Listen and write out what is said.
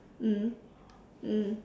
mm mm